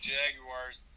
Jaguars